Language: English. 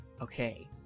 Okay